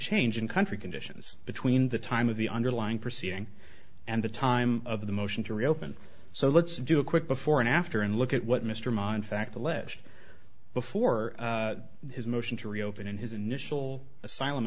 change in country conditions between the time of the underlying proceeding and the time of the motion to reopen so let's do a quick before and after and look at what mr monti fact alleged before his motion to reopen his initial asylum